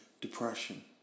depression